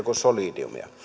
kuin solidium